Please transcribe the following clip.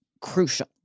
crucial